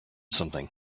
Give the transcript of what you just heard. something